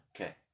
Okay